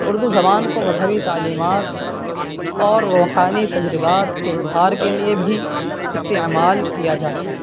اردو زبان کو مذہبی تعلیمات اور روحانی تجربات کے اظہار کے لیے بھی استعمال کیا جاتا ہے